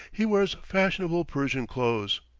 he wears fashionable parisian clothes,